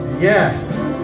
Yes